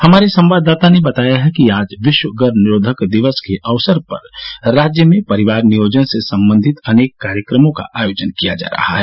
हमारे संवाददाता ने बताया है कि आज विश्व गर्मनिरोधक दिवस के अवसर पर राज्य में परिवार नियोजन से संबंधित अनेक कार्यक्रमों का आयोजन किया जा रहा है